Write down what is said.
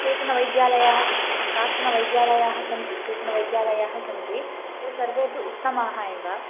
केचन वैद्यालयाः सन्ति केचन वैद्यालयाः सन्ति केचन वैद्यालयाः सन्ति ते सर्वेऽपि उत्तमाः एव